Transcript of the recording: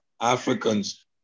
Africans